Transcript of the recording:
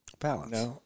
Balance